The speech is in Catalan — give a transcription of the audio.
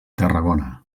tarragona